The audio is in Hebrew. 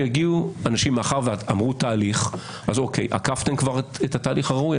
מאחר שאמרו תהליך, אז כבר עקפתם את התהליך הראוי.